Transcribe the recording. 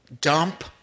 dump